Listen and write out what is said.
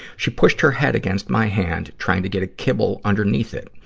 she pushed her head against my hand, trying to get a kibble underneath it.